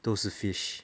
都是 fish